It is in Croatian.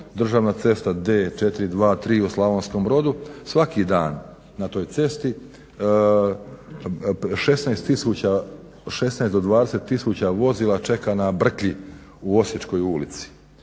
državna cesta D423 u Slavonskom Brodu svaki dan na toj cesti 16 tisuća, 16 do 20 tisuća vozila čeka na brklji u Osječkoj ulici.